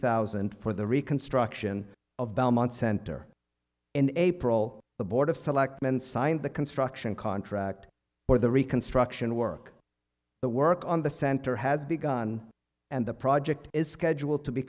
thousand for the reconstruction of belmont center in april the board of selectmen signed the construction contract for the reconstruction work the work on the center has begun and the project is scheduled to be